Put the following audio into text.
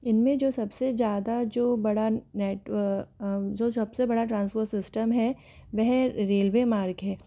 इनमें जो सबसे ज़्यादा जो बड़ा नेट जो सब से बड़ा है वह रेलवे मार्ग है